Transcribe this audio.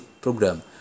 program